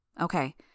Okay